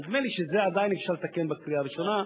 נדמה לי שאת זה עדיין אפשר לתקן בקריאה הראשונה,